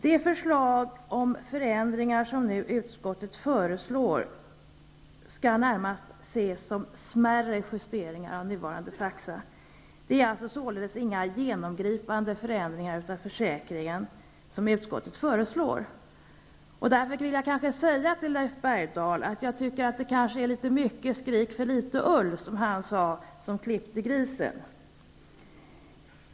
De förslag till förändringar som utskottet föreslår nu skall närmast ses som smärre justeringar av nuvarande taxa. Det är således inga genomgripande förändringar av försäkringen som utskottet föreslår. Där vill jag säga till Leif Bergdahl att det kanske är mycket skrik för litet ull, som han sade som klippte grisen.